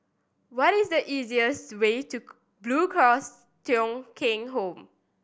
what is the easiest way to Blue Cross Thong Kheng Home